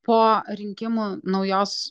po rinkimų naujos